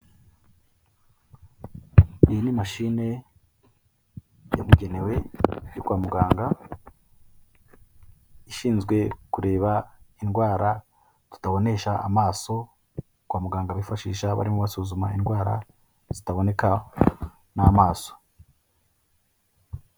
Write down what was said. iyi ni mashine yabugenewe yo kwa muganga ishinzwe kureba indwara tutabonesha amaso kwa muganga bifashisha barimo basuzuma indwara zitaboneka n'amaso.